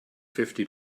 fifty